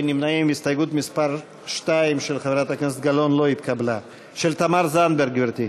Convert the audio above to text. ההסתייגות של חברת הכנסת זהבה גלאון לסעיף תקציבי 01,